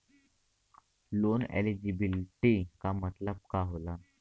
Loan eligibility का मतलब का होला?